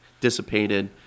dissipated